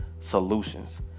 solutions